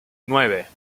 nueve